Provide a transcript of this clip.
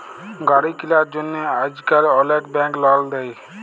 গাড়ি কিলার জ্যনহে আইজকাল অলেক ব্যাংক লল দেই